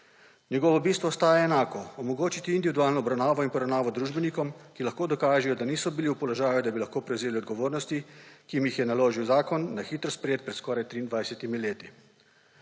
Njegovo bistvo ostaja enako – omogočiti individualno obravnavo in poravnavo družbenikom, ki lahko dokažejo, da niso bili v položaju, da bi lahko prevzeli odgovornosti, ki jim jih je naložil zakon, na hitro sprejet pred skoraj 23 leti.